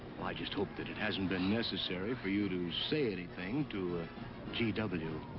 well, i just hope that it hasn't been necessary for you to say anything. to g w.